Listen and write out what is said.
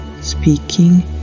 speaking